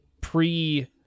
pre